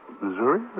Missouri